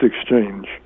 exchange